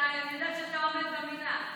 אני יודעת שאתה עומד במילה.